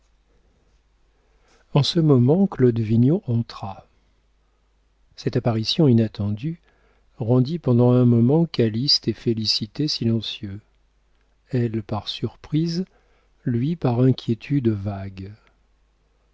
en ce moment claude vignon entra cette apparition inattendue rendit pendant un moment calyste et félicité silencieux elle par surprise lui par inquiétude vague